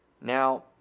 Now